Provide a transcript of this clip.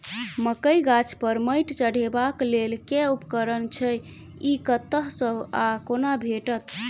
मकई गाछ पर मैंट चढ़ेबाक लेल केँ उपकरण छै? ई कतह सऽ आ कोना भेटत?